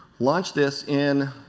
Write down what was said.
launch this in